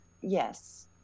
Yes